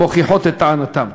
המוכיחות את טענותיהם.